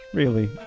really,